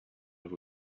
over